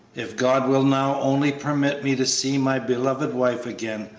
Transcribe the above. if god will now only permit me to see my beloved wife again,